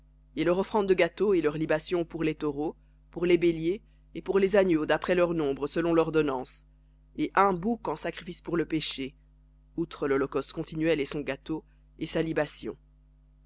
et leur offrande de gâteau et leurs libations pour les taureaux pour les béliers et pour les agneaux d'après leur nombre selon lordonnance et un bouc en sacrifice pour le péché outre l'holocauste continuel et son gâteau et sa libation